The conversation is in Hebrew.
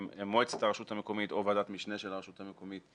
הם מועצת הרשות המקומית או ועדת משנה של הרשות המקומית,